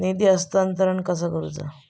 निधी हस्तांतरण कसा करुचा?